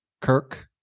Kirk